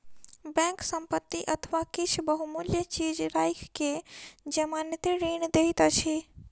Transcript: bank संपत्ति अथवा किछ बहुमूल्य चीज राइख के जमानती ऋण दैत अछि